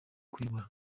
kuyobora